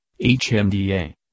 HMDA